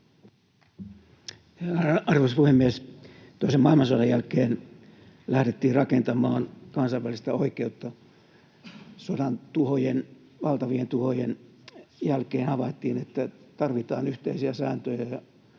Arvoisa puhemies! Toisen maailmansodan jälkeen lähdettiin rakentamaan kansainvälistä oikeutta. Sodan tuhojen, valtavien tuhojen, jälkeen havaittiin, että tarvitaan yhteisiä sääntöjä ja